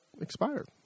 expired